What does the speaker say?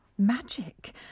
magic